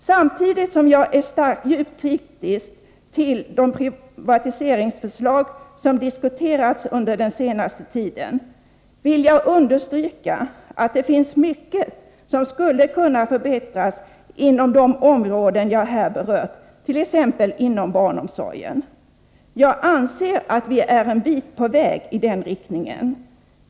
Samtidigt som jag är djupt kritisk till de privatiseringsförslag som diskuterats under den senaste tiden vill jag understryka att det finns mycket som skulle kunna förbättras inom de områden jag här berört, t.ex. inom barnomsorgen. Jag anser att vi är en bit på väg i den riktningen.